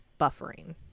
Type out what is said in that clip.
buffering